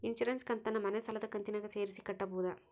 Insurance ಕಂತನ್ನ ಮನೆ ಸಾಲದ ಕಂತಿನಾಗ ಸೇರಿಸಿ ಕಟ್ಟಬೋದ?